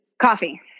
Coffee